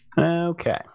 Okay